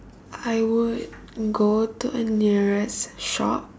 I would go to a nearest shop